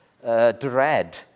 dread